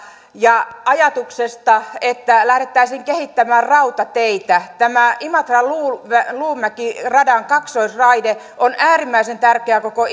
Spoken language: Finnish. ja ajatuksesta että lähdettäisiin kehittämään rautateitä tämä imatra luumäki luumäki radan kaksoisraide on äärimmäisen tärkeä koko